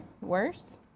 Worse